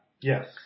Yes